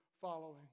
following